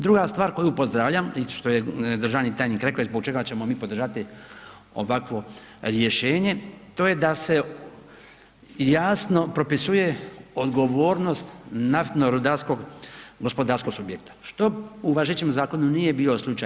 Druga stvar koju pozdravljam i što je državni tajnik rekao i zbog čega ćemo mi podržati ovakvo rješenje to je da se jasno propisuje odgovornost naftno-rudarskog gospodarskog subjekta što u važećem zakonu nije bio slučaj.